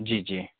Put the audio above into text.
जी जी